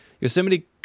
Yosemite